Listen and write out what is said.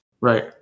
Right